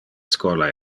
schola